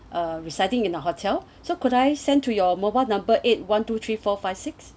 uh residing in a hotel so could I send to your mobile number eight one two three four five six